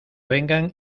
vengan